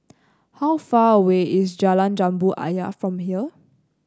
how far away is Jalan Jambu Ayer from here